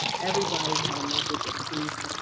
everybody had a message of peace,